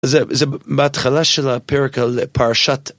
זה בהתחלה של הפרק על פרשת